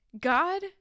God